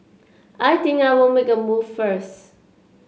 I think I'll make a move first